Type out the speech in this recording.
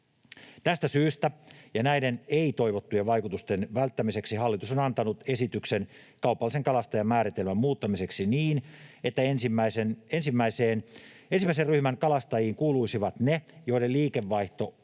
Tästä syystä ja näiden ei-toivottujen vaikutusten välttämiseksi hallitus on antanut esityksen kaupallisen kalastajan määritelmän muuttamiseksi niin, että ensimmäisen ryhmän kalastajiin kuuluisivat ne, joiden liikevaihto on